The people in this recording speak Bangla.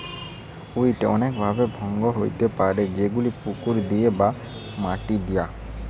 উইড অনেক ভাবে ভঙ্গ হইতে পারে যেমনি পুকুর দিয়ে বা মাটি দিয়া